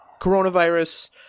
coronavirus